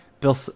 Bill